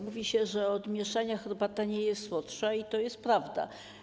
Mówi się, że od mieszania herbata nie jest słodsza, i to jest prawda.